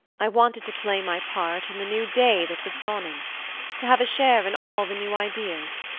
i wanted to play my part in the new day that was dawning to have a share in all the new ideas.